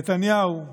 נתניהו,